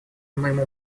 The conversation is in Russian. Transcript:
моему